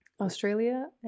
Australia